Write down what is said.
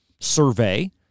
survey